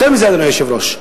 יותר מזה, אדוני היושב-ראש,